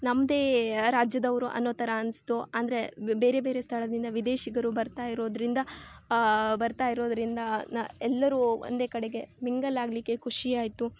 ನಮ್ಮದೇ ರಾಜ್ಯದವರು ಅನ್ನೋ ಥರ ಅನ್ನಿಸ್ತು ಅಂದರೆ ಬೇರೆ ಬೇರೆ ಸ್ಥಳದಿಂದ ವಿದೇಶಿಗರು ಬರ್ತಾ ಇರೋದರಿಂದ ಬರ್ತಾ ಇರೋದರಿಂದ ನಾನು ಎಲ್ಲರೂ ಒಂದೇ ಕಡೆಗೆ ಮಿಂಗಲ್ ಆಗಲಿಕ್ಕೆ ಖುಷಿ ಆಯಿತು